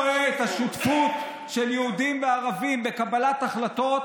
כשאני רואה את השותפות של יהודים וערבים בקבלת החלטות,